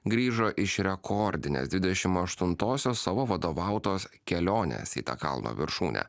grįžo iš rekordinės dvidešim aštuntosios savo vadovautos kelionės į tą kalno viršūnę